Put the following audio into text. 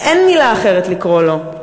אין מילה אחרת לקרוא לו,